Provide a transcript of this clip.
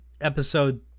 episode